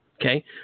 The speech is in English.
Okay